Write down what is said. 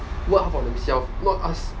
work for themselves not ask